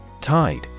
Tide